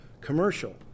commercial